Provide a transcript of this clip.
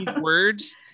words